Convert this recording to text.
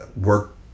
work